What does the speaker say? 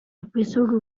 episode